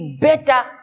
better